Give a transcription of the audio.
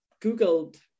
Googled